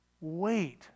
Wait